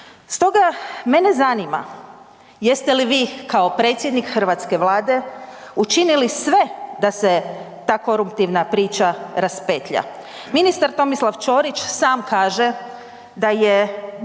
Stoga, mene zanima jeste li vi kao predsjednik hrvatske vlade učinili sve da se ta koruptivna priča raspetlja? Ministar Tomislav Ćorić sam kaže da je